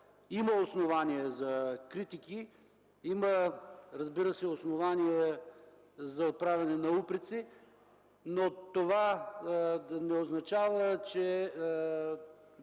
има основания за критики, разбира се, има основания за отправяне на упреци, но това не означава, че